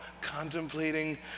contemplating